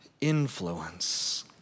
influence